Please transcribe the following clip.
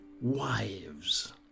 wives